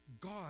God